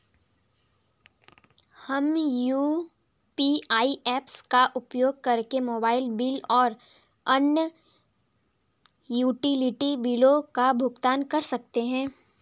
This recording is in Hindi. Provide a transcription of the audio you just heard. हम यू.पी.आई ऐप्स का उपयोग करके मोबाइल बिल और अन्य यूटिलिटी बिलों का भुगतान कर सकते हैं